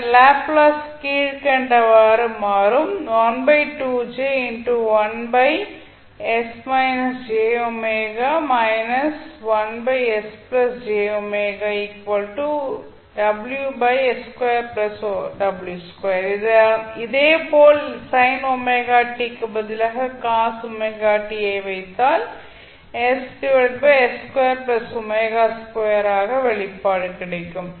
இதன் லாப்லேஸ் கீழ்கண்டவாறு மாறும் இதேபோல் sin ωt க்கு பதிலாக cos ωt ஐ வைத்தால் ஆக வெளிப்பாடு கிடைக்கும்